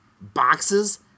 boxes